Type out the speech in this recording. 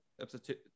Episode